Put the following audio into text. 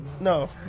no